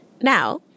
Now